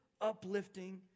uplifting